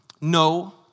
No